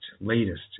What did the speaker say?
latest